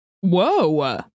Whoa